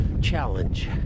challenge